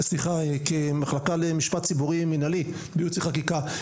כמחלקה למשפט ציבורי מנהלי בייעוץ וחקיקה,